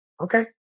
Okay